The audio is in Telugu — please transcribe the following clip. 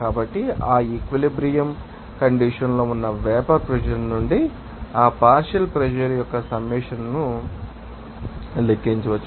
కాబట్టి ఆ ఈక్విలిబ్రియం కండిషన్ లో ఉన్న వేపర్ ప్రెషర్ నుండి ఆ పార్షియల్ ప్రెషర్ యొక్క సమ్మషన్ను లెక్కించవచ్చు